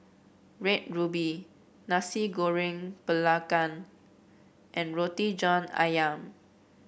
Red Ruby Nasi Goreng Belacan and Roti John ayam